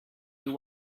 you